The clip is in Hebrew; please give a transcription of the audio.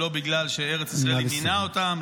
לא בגלל שארץ ישראל עניינה אותם,